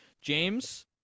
James